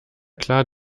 klar